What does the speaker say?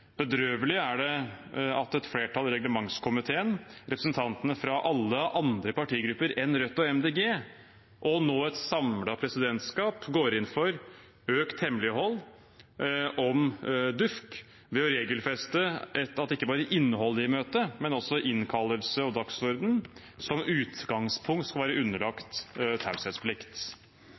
er bedrøvelig at et flertall i reglementskomiteen, representantene fra alle andre partigrupper enn Rødt og Miljøpartiet De Grønne, og nå et samlet presidentskap går inn for økt hemmelighold om den utvidete utenriks- og forsvarskomité, DUUFK, ved å regelfeste at ikke bare innholdet i møtet, men også innkallelse og dagsorden som utgangspunkt skal være underlagt taushetsplikt.